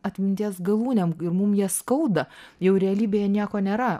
atminties galūnėm ir mum jas skauda jau realybėje nieko nėra